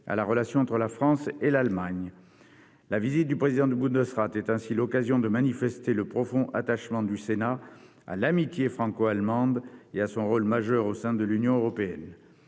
à la relation entre la France et l'Allemagne. La visite du président du Bundesrat est ainsi l'occasion de manifester le profond attachement du Sénat à l'amitié franco-allemande et à son rôle majeur au sein de l'Union européenne.